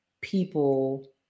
people